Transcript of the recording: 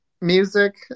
music